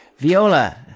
Viola